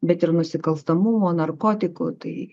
bet ir nusikalstamumo narkotikų tai